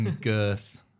girth